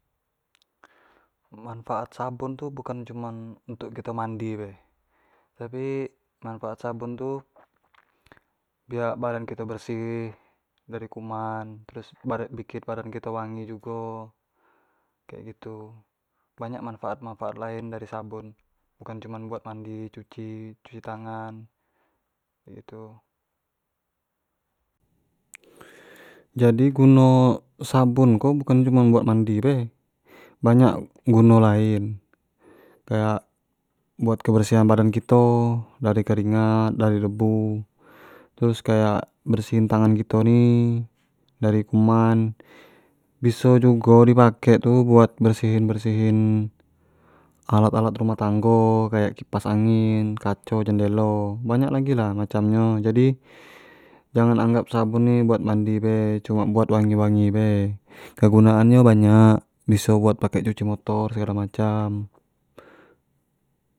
manfaat sabun tu bukan cuman untuk kito mandi bae, tapi manfaat sabun tu biak badan kito bersih dari kuman, terus bikin badan kito wangi jugo kek gitu, banyak manfaat manfaat lain dari sabun bukan cuman buat mandi, cuci, cuci tangan kek itu jadi guno sabun ko bukan cuman buat mandi be, banyak guno lain kayak buat kebersihan badan kito, dari keringat, dari debu terus kayak bersihin tangan kito ni dari kuman, biso jugo di pake tu buat bersihin bersihin alat alat rumah tango kayak kipas angin, kaco, jendelo banyak lagi lah macam nyo, jadi jangan anggap sabun ni cuma buat mandi be, cuman buat wangi wangi be, kegunaan nyo banyak biso buat di pake cuci motor, segalo macam.